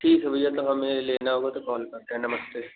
ठीक है भैया तो हमें लेना होगा तो कॉल करते हैं नमस्ते